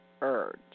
urge